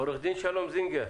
עורך-דין שלום זינגר,